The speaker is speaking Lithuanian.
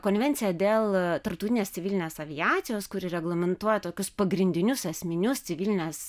konvencija dėl tarptautinės civilinės aviacijos kuri reglamentuoja tokius pagrindinius esminius civilinės